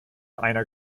einer